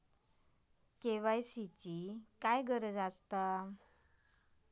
KYC ची काय गरज आसा?